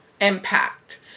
impact